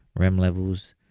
rem levels,